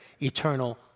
eternal